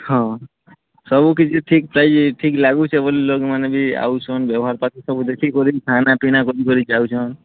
ହଁ ସବୁ କିଛି ଠିକ୍ ପ୍ରାଇସ୍ ଠିକ୍ ଲାଗୁଚେ ବୋଲି ଲୋକ୍ମାନେ ବି ଆଉଛନ୍ ବ୍ୟବହାର୍ ପାତି ସବୁ ଦେଖିକରି ଖାନା ପିନା କରି କରି ଯାଉଛନ୍